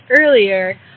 earlier